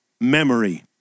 memory